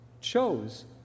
chose